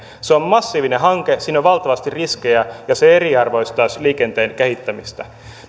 on massiivinen hanke siinä on valtavasti riskejä ja se eriarvoistaisi liikenteen kehittämistä